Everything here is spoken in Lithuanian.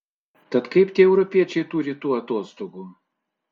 tad kaip tie europiečiai turi tų atostogų